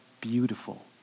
beautiful